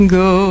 go